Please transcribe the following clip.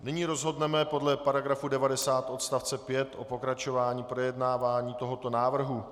Nyní rozhodneme podle § 90 odst. 5 o pokračování projednávání tohoto návrhu.